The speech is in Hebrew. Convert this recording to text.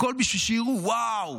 הכול בשביל שיראו: וואו,